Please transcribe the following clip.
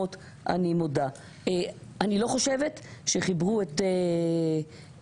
אנחנו חיברנו אתכם עם מפלגות?